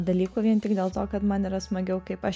dalykų vien tik dėl to kad man yra smagiau kaip aš